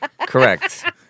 Correct